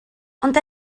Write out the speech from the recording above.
ond